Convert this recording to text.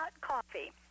Coffee